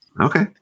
Okay